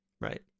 Right